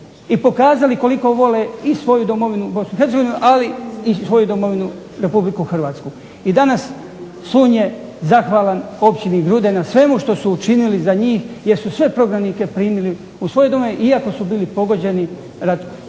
i pokazali koliko vole i svoju domovinu Bosnu i Hercegovinu, ali i svoju domovinu Republiku Hrvatsku. I danas Slunj je zahvalan općini Grude na svemu što su učinili za njih, jer su sve prognanike primili u svoje domove iako su bili pogođeni ratom.